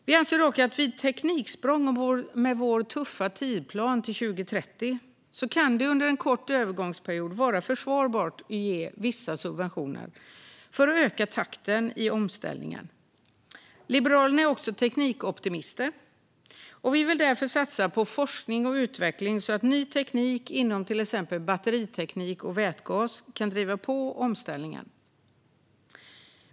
Vi anser dock att vid tekniksprång och med vår tuffa tidsplan till 2030 kan det under en kort övergångsperiod vara försvarbart att ge vissa subventioner för att öka takten i omställningen. Liberalerna är också teknikoptimister och vill därför satsa på forskning och utveckling så att ny teknik inom till exempel batteriteknik och vätgas kan driva på omställningen.